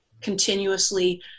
continuously